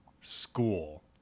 school